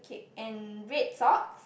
okay and red socks